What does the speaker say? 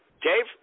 Dave